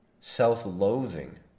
self-loathing